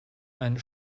einen